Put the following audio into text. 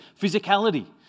physicality